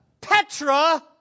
petra